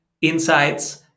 insights